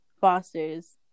Foster's